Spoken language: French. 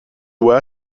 dois